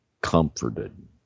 comforted